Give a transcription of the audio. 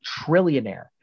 trillionaire